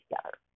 together